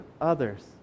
others